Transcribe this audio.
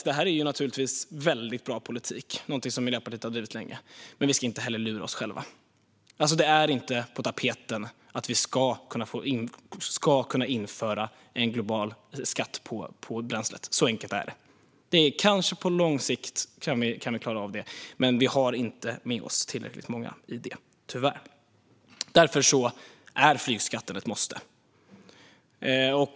Det är naturligtvis en väldigt bra politik, och det är någonting som Miljöpartiet har drivit länge. Men vi ska inte lura oss själva. Det är inte på tapeten att vi ska kunna införa en global skatt på bränslet. Så enkelt är det. På lång sikt kanske vi kan klara av det, men vi har tyvärr inte med oss tillräckligt många nu i fråga om det. Därför är flygskatten ett måste.